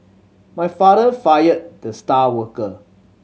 my father fired the star worker